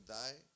die